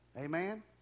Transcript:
Amen